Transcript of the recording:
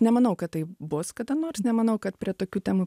nemanau kad taip bus kada nors nemanau kad prie tokių temų